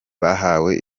bahawe